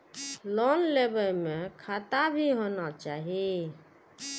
Loan लेबे में खाता भी होना चाहि?